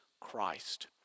Christ